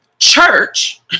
church